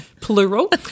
plural